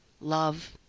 Love